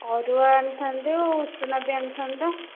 ଅରୁଆ ଆଣିଥାନ୍ତୁ ଉଷୁନା ବି ଆଣିଥାନ୍ତୁ